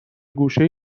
گوشه